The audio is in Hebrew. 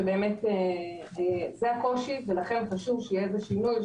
שבאמת זה הקושי ולכן חשוב שיהיה איזה שינוי,